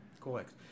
Correct